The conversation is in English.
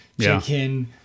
chicken